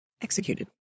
executed